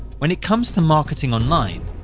when it comes to marketing online,